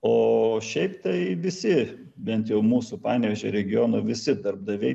o šiaip tai visi bent jau mūsų panevėžio regiono visi darbdaviai